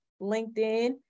LinkedIn